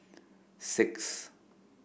six